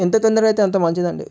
ఎంత తొందరగా అయితే అంత మంచిది అండి